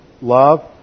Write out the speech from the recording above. love